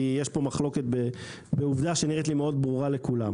כי יש פה מחלוקת שנראית לי מאוד ברורה לכולם.